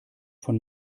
von